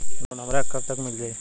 Loan हमरा के कब तक मिल जाई?